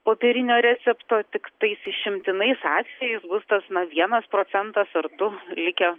popierinio recepto tiktais išimtinais atvejais bus tas na vienas procentas ar du likę